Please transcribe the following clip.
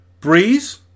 Breeze